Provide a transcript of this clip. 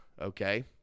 Okay